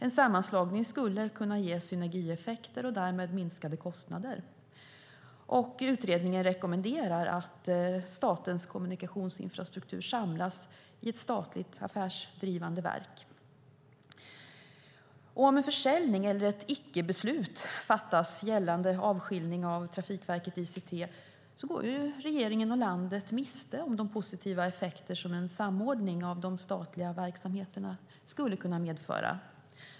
En sammanslagning skulle kunna ge synergieffekter och därmed minskade kostnader. Utredningen rekommenderar att statens kommunikationsinfrastruktur samlas i ett statligt affärsdrivande verk. Om ett beslut om försäljning eller ett icke-beslut fattas gällande avskiljning av Trafikverket ICT går regeringen och landet miste om de positiva effekter som en samordning av de statliga verksamheterna skulle kunna medföra.